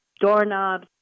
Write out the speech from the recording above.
doorknobs